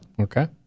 Okay